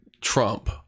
Trump